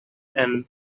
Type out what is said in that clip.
and